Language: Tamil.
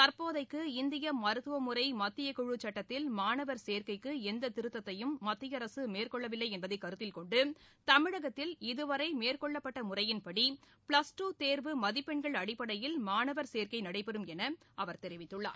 தற்போதைக்கு இந்திய மருத்துவமுறை மத்தியக்குழு சட்டத்தில் மாணவர் சேர்க்கைக்கு எந்த திருத்ததையும் மத்திய அரசு மேற்கொள்ளவில்லை என்பதை கருத்தில்கொண்டு தமிழகத்தில் இதுவரை மேற்கொள்ளப்பட்ட முறையின்படி பிளஸ்டூ தேர்வு மதிப்பெண்கள் அடிப்படையில் மாணவர் சேர்க்கை நடைபெறும் என அவர் தெரிவித்துள்ளார்